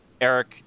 Eric